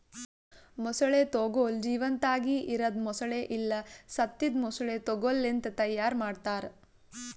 ಮೊಸಳೆ ತೊಗೋಲ್ ಜೀವಂತಾಗಿ ಇರದ್ ಮೊಸಳೆ ಇಲ್ಲಾ ಸತ್ತಿದ್ ಮೊಸಳೆ ತೊಗೋಲ್ ಲಿಂತ್ ತೈಯಾರ್ ಮಾಡ್ತಾರ